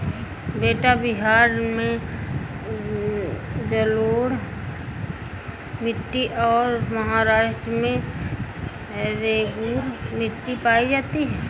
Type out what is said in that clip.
बेटा बिहार में जलोढ़ मिट्टी और महाराष्ट्र में रेगूर मिट्टी पाई जाती है